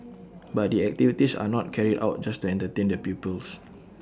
but the activities are not carried out just to entertain the pupils